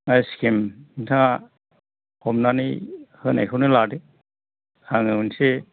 scheme नोंथाङा हमनानै होनायखौनो लादो आङो मोनसे